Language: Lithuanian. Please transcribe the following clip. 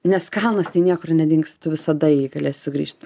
nes kalnas tai niekur nedings tu visada į jį galėsi sugrįžt